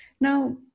Now